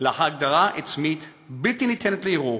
להגדרה עצמית בלתי ניתנת לערעור,